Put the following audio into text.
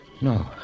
no